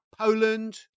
Poland